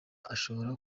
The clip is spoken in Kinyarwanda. ashobora